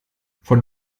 von